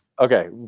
Okay